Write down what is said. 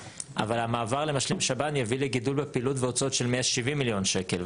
אבל המעבר למשלים שב"ן יביא לגידול בפעילות והוצאות של 170 מיליון שקל,